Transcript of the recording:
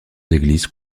églises